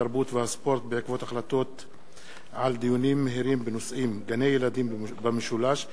התרבות והספורט בעקבות דיונים מהירים בנושאים: גני-ילדים במשולש,